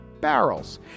barrels